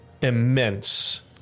immense